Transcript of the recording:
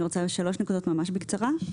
שלוש נקודות ממש בקצרה.